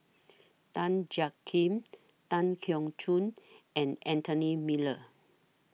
Tan Jiak Kim Tan Keong Choon and Anthony Miller